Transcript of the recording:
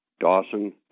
Dawson